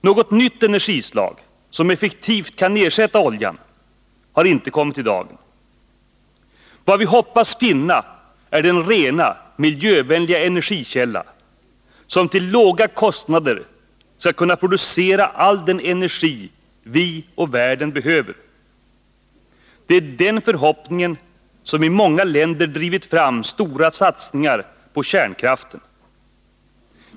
Något nytt energislag som effektivt kan ersätta oljan har inte kommit i dagen. Vad vi hoppas finna är den rena, miljövänliga energikälla som till låga kostnader skall kunna producera all den energi som vi och världen behöver. Det är den förhoppningen som i många länder drivit fram stora satsningar på kärnkraften.